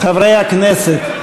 חברי הכנסת,